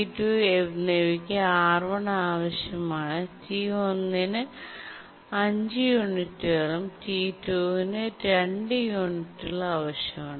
T1T2 എന്നിവയ്ക്ക് R1 ആവശ്യമാണ് T1ന് 5 യൂണിറ്റുകൾക്കും T2 ന് 2 യൂണിറ്റുകൾക്കും ആവശ്യമാണ്